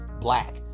black